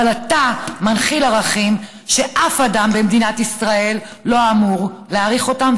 אבל אתה מנחיל ערכים שאף אדם במדינת ישראל לא אמור להעריך אותם,